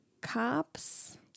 cops